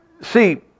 See